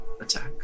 attack